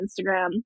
Instagram